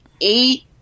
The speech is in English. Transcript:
eight